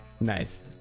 Nice